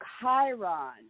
Chiron